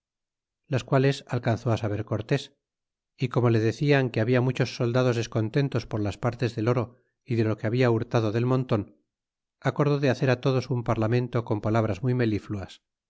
las quales alcanzó saber cortés y como e decian que habla muchos soldados descontentos por las partes del oro y de lo que hablan hurtado del monto acordó de hacer todos un parlamento con palabras muy melifluas